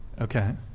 Okay